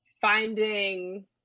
finding